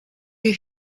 you